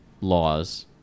laws